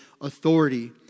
authority